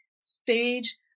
stage